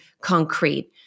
concrete